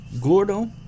gordo